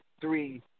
three